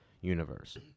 universe